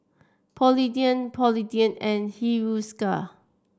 Polident Polident and Hiruscar